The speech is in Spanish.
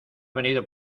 venido